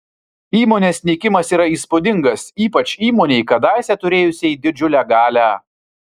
įmonės nykimas yra įspūdingas ypač įmonei kadaise turėjusiai didžiulę galią